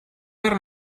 per